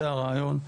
זה הרעיון.